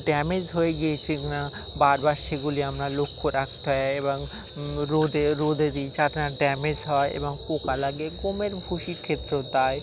damage হয়ে গিয়েছে কি না বারবার সেগুলি আমরা লক্ষ্য রাখতে হয় এবং রোদে রোদে দিই যাতে না ড্যামেজ হয় এবং পোকা লাগে গমের ভুসির ক্ষেত্রেও তাই